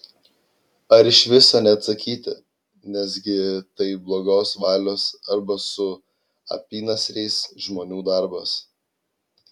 ar iš viso neatsakyti nesgi tai blogos valios arba su apynasriais žmonių darbas